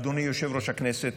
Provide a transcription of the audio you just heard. אדוני יושב-ראש הכנסת,